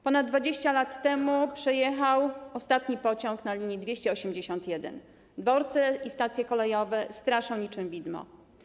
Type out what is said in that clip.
Ponad 20 lat temu przejechał ostatni pociąg na linii 281, dworce i stacje kolejowe straszą niczym widmo.